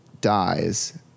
dies